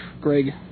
Greg